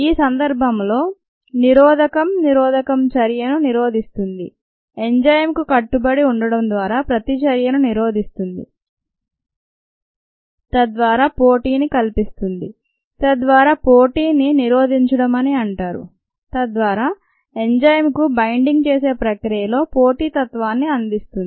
ఈ సందర్భంలో నిరోధకం నిరోధకం చర్యను నిరోధిస్తుంది ఎంజైమ్ కు కట్టుబడి ఉండటం ద్వారా ప్రతిచర్యను నిరోధిస్తుంది తద్వారా పోటీని కల్పిస్తుంది తద్వారా పోటీ నినిరోధించడం అని అంటారు తద్వారా ఎంజైమ్ కు బైండింగ్ చేసే ప్రక్రియలో పోటీతత్వాన్ని అందిస్తుంది